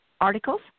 articles